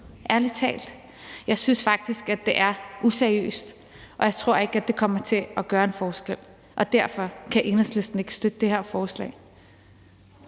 virke nu? Jeg synes faktisk, at det er useriøst, og jeg tror ikke, at det kommer til at gøre en forskel, og derfor kan Enhedslisten ikke støtte det her forslag.